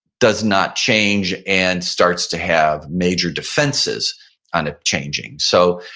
does not change and starts to have major defenses on it changing so